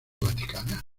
vaticana